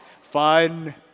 Fun